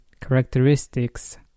characteristics